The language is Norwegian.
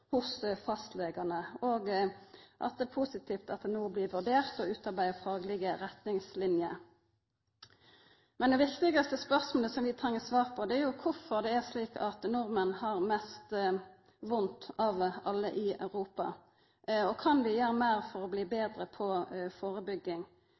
hos fastlegane. Det er positivt at det no blir vurdert å utarbeida faglege retningslinjer. Men det viktigaste spørsmålet som vi treng svar på, er kvifor det er slik at nordmenn har mest vondt av alle i Europa, og om vi kan gjera meir for å bli